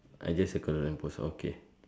I just circle the lamp post okay